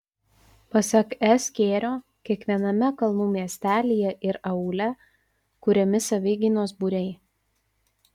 pasak s kėrio kiekviename kalnų miestelyje ir aūle kuriami savigynos būriai